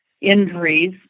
injuries